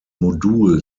modul